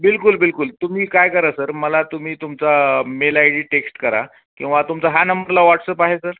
बिल्कुल बिल्कुल तुम्ही काय करा सर मला तुम्ही तुमचा मेल आय डी टेक्स्ट करा किंवा तुमचा हा नंबरला व्हॉट्सअप आहे सर